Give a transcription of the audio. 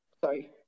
Sorry